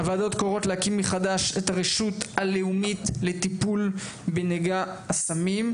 הוועדות קוראות להקים מחדש את הרשות הלאומית לטיפול בנגעי הסמים.